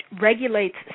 regulates